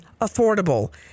affordable